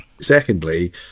Secondly